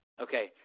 Okay